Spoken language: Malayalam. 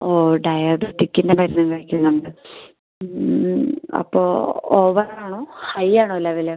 ഓ ഡയബറ്റിക്കിൻ്റെ മരുന്ന് കഴിക്കുന്നുണ്ട് അപ്പോൾ ഓവർ ആണോ ഹൈ ആണോ ലെവൽ